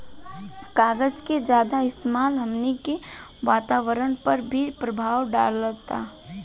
कागज के ज्यादा इस्तेमाल हमनी के वातावरण पर भी प्रभाव डालता